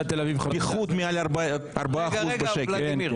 פיחות מעל 4%. רגע, ולדימיר.